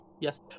yes